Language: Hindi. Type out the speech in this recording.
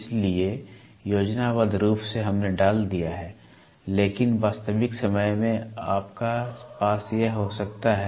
इसलिए योजनाबद्ध रूप से हमने डाल दिया है लेकिन वास्तविक समय में आपके पास यह हो सकता है